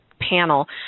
panel